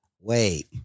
wait